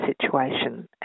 situation